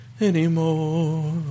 Anymore